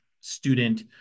student